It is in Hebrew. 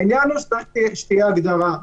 העניין הוא שצריך שתהיה הגדרה.